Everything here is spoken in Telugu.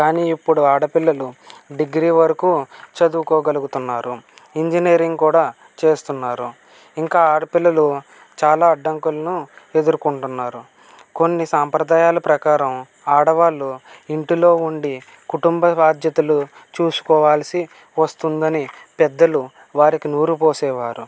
కానీ ఇప్పుడు ఆడపిల్లలు డిగ్రీ వరకు చదువుకోగలుగుతున్నారు ఇంజనీరింగ్ కూడా చేస్తున్నారు ఇంకా ఆడపిల్లలు చాలా అడ్డంకులను ఎదుర్కొంటున్నారు కొన్ని సంప్రదాయాలు ప్రకారం ఆడవాళ్ళు ఇంటిలో ఉండి కుటుంబ బాధ్యతలు చూసుకోవాల్సి వస్తుందని పెద్దలు వారికి నూరు పోసేవారు